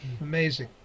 Amazing